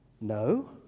No